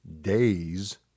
days